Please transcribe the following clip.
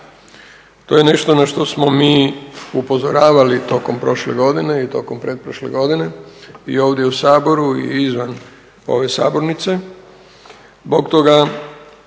To je nešto na što smo mi upozoravali tokom prošle godine i tokom pretprošle godine i ovdje u Saboru i izvan ove sabornice zbog toga